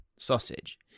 sausage